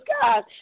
God